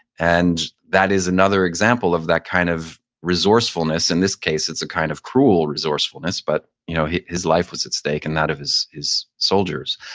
and that is another example of that kind of resourcefulness. in this case it's a kind of cruel resourcefulness, but you know his his life was at stake and that of his soldiers.